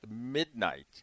midnight